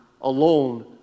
alone